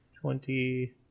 twenty